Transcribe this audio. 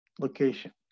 location